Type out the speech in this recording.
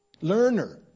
learner